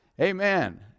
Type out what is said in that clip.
Amen